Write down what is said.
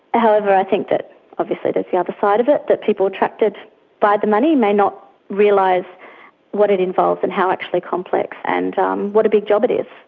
however, i think that obviously there's the other side of it, that people attracted by the money may not realise what it involves and how actually complex and um what a big job it is.